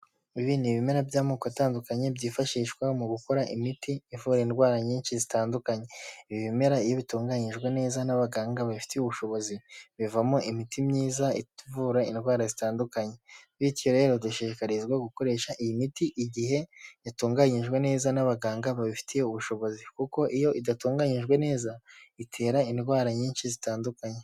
Ibi ni ibimera by'amoko atandukanye byifashishwa mu gukora imiti ivura indwara nyinshi zitandukanye ibi bimera iyo bitunganyijwe neza n'abaganga babifitiye ubushobozi bivamo imiti myiza ivura indwara zitandukanye bityo rero dushishikarizwa gukoresha iyi miti igihe yatunganyijwe neza n'abaganga babifitiye ubushobozi kuko iyo idatunganyijwe neza itera indwara nyinshi zitandukanye.